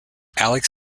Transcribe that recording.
alex